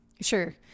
Sure